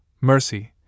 mercy